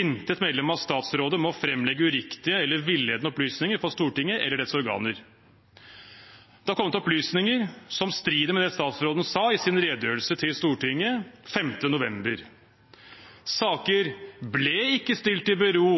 Intet medlem av statsrådet må fremlegge uriktige eller villedende opplysninger for Stortinget eller dets organer.» Det har kommet opplysninger som strider mot det statsråden sa i sin redegjørelse til Stortinget 5. november. Saker ble ikke stilt i bero,